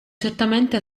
certamente